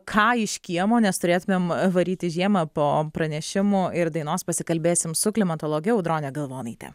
ką iš kiemo nes turėtumėm varyti žiemą po pranešimų ir dainos pasikalbėsim su klimatologe audrone galvonaite